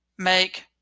make